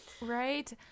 right